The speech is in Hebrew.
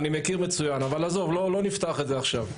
אני מכיר מצוין אבל עזוב, לא נפתח את זה עכשיו.